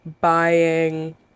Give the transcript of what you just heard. Buying